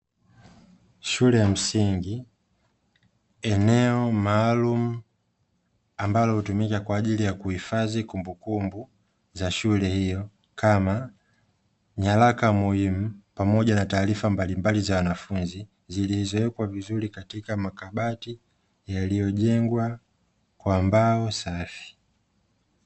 Shule ya msingi, eneo maalumu ambalo hutumika kwa ajili ya kuhifadhi kumbukumbu za shule hiyo kama; nyaraka muhimu pamoja na taarifa mbalimbali za wanafunzi zilizowekwa vizuri katika makabati yaliyojengwa kwa mbao safi.